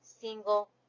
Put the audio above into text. single